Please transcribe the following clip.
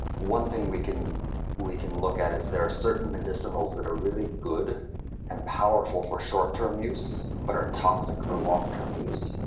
one thing we can we can look at is there are certain medicinals that are really good and powerful for short term use, but are toxic for longterm use,